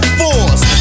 force